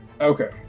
Okay